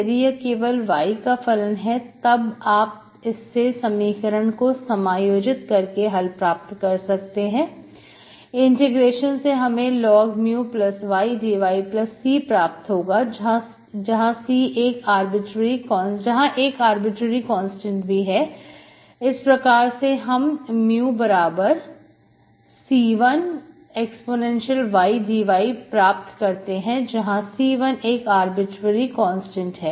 यदि यह केवल y का फलन है तब आप इससे समीकरण को समायोजित करके हल प्राप्त कर सकते हैं इंटीग्रेशन से हमें log μy dy C प्राप्त होगा जहां एक आर्बिट्रेरी कांस्टेंट भी है इस प्रकार से हम μC1ey dy प्राप्त करते हैं जहां C1 एक आर्बिट्रेरी कांस्टेंट है